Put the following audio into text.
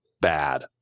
bad